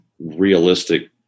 realistic